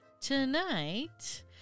Tonight